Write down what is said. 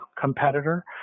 competitor